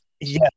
Yes